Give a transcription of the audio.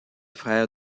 frère